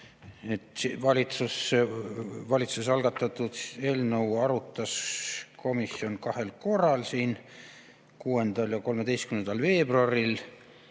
Valitsuse algatatud eelnõu arutas komisjon kahel korral: 6. ja 13. veebruaril.